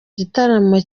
gitaramo